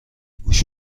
گوش